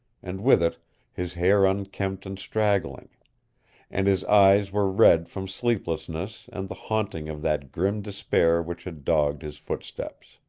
and with it his hair unkempt and straggling and his eyes were red from sleeplessness and the haunting of that grim despair which had dogged his footsteps.